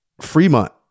Fremont